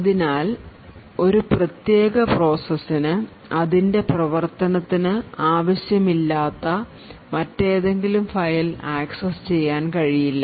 അതിനാൽ ഒരു പ്രത്യേക processന് അതിന്റെ പ്രവർത്തനത്തിന് ആവശ്യമില്ലാത്ത മറ്റേതെങ്കിലും ഫയൽ ആക്സസ് ചെയ്യാൻ കഴിയില്ല